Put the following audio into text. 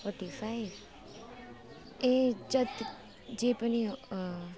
forty five ए जति जे पनि हो